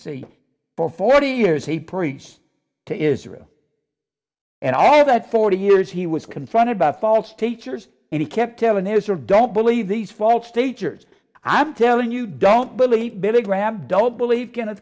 for forty years he preached to israel and all that forty years he was confronted by false teachers he kept telling his or don't believe these false teachers i'm telling you don't believe